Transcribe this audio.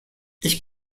ich